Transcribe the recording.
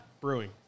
brewing